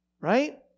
right